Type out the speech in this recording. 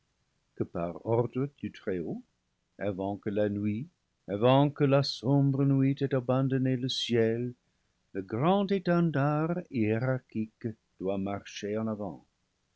que par ordre du très-haut avant que la nuit avant que la sombre nuit ait abandonné le ciel le grand étendard hiérarchique doit marcher en avant